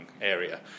area